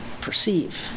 perceive